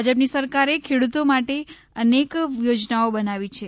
ભાજપની સરકારે ખેડૂતો માટે અનેક યોજનાઓ બનાવી છે